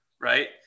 right